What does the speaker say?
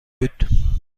بود